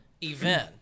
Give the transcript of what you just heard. Event